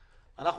מהאופוזיציה,